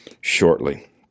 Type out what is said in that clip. shortly